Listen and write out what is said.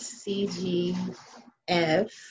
cgf